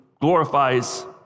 glorifies